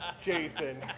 Jason